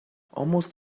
almost